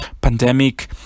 pandemic